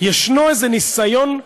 ישנו איזה ניסיון,